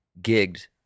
gigged